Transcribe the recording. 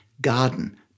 Garden